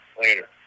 later